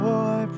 Boy